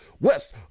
West